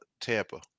Tampa